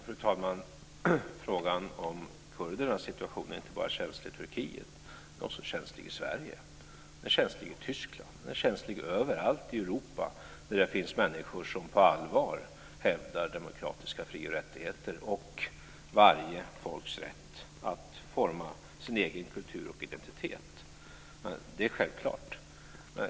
Fru talman! Frågan om kurdernas situation är inte bara känslig i Turkiet. Den är också känslig i Sverige. Den är även känslig i Tyskland och överallt i Europa där det finns människor som på allvar hävdar demokratiska fri och rättigheter och varje folks rätt att forma sin egen kultur och identitet. Det är självklart.